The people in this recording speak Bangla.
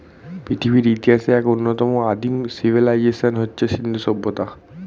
পৃথিবীর ইতিহাসের এক অন্যতম আদিম সিভিলাইজেশন হচ্ছে সিন্ধু সভ্যতা